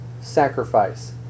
sacrifice